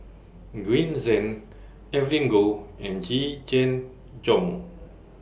Green Zeng Evelyn Goh and Yee Jenn Jong